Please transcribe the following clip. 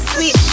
Sweet